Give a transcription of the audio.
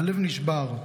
הלב נשבר.